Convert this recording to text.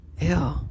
Ew